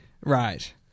Right